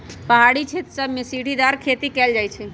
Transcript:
पहारी क्षेत्र सभमें सीढ़ीदार खेती कएल जाइ छइ